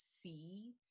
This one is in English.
see